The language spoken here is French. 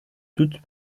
toutes